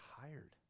tired